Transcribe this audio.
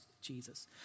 Jesus